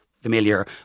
familiar